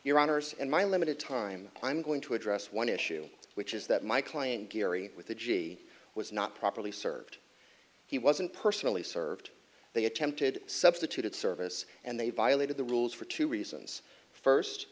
your honors in my limited time i'm going to address one issue which is that my client gary with a g was not properly served he wasn't personally served they attempted substituted service and they violated the rules for two reasons first